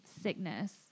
sickness